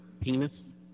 penis